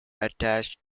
attached